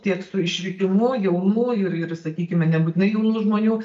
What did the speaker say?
tiek su išvykimu jaunų ir ir sakykime nebūtinai jaunų žmonių